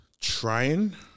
trying